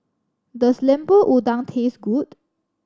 does Lemper Udang taste good